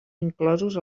inclosos